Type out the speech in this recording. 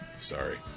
Sorry